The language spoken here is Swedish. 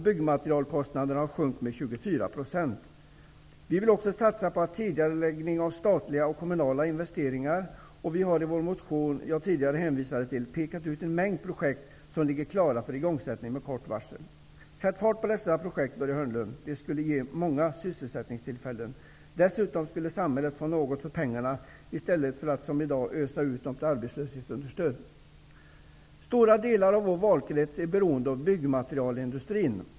Byggmaterialkostnaden har sjunkit med 24 %. Vi vill också satsa på tidigareläggning av statliga och kommunala investeringar. Vi har i vår motion, som jag tidigare hänvisade till, pekat på en mängd projekt som ligger klara för igångsättning med kort varsel. Sätt fart på dessa projekt, Börje Hörnlund. Det skulle ge många sysselsättningstillfällen. Dessutom skulle samhället få någonting för pengarna i stället för att som i dag ösa ut dem i arbetslöshetsunderstöd. Stora delar av vår valkrets är beroende av byggmaterialindustrin.